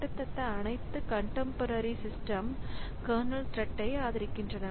கிட்டத்தட்ட அனைத்து contemporary system kernel த்ரெட்டை ஆதரிக்கின்றன